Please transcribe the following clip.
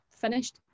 finished